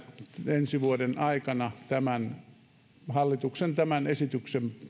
ensi vuoden aikana hallituksen tämän esityksen